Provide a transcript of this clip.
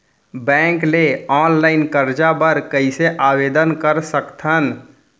Bank ले online करजा बर कइसे आवेदन कर सकथन?